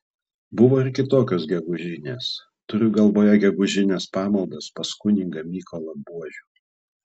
buvo ir kitokios gegužinės turiu galvoje gegužines pamaldas pas kunigą mykolą buožių